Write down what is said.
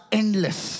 endless